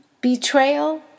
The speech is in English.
betrayal